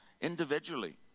individually